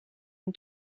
une